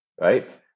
right